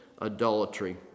adultery